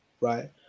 right